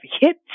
Hit